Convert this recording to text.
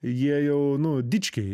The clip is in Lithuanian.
jie jau nu dičkiai